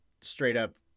straight-up